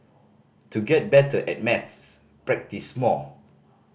to get better at maths practise more